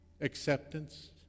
acceptance